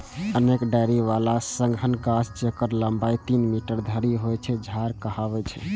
अनेक डारि बला सघन गाछ, जेकर लंबाइ तीन मीटर धरि होइ छै, झाड़ कहाबै छै